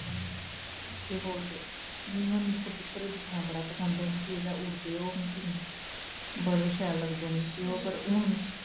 केह् बोलदे जियां में कबूतर दिक्खना बड़ा पंसद ऐ मिकी जिसले उड्ढदे ओह् बड़े शैल लगदे न मिकी ओह् ओह् पर हून मिकी